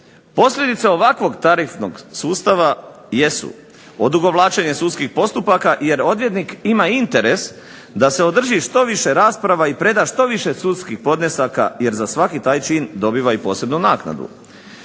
Posljedice ovakvog tarifnog sustava jesu odugovlačenje sudskih postupaka, jer odvjetnik ima interes da se održi što više rasprava i preda što više sudskih podnesaka jer za svaki taj čin dobiva i posebnu naknadu.